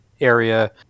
area